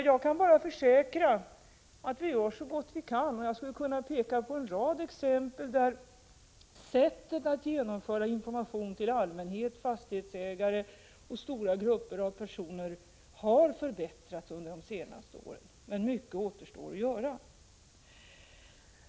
Jag kan bara försäkra att vi gör så gott vi kan, och jag skulle kunna peka på en rad exempel där sättet att lämna information till allmänhet, fastighetsägare och stora grupper av personer har förbättrats under de senaste åren. Men mycket återstår att göra.